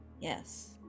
Yes